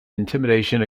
intimidation